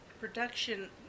production